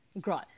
Great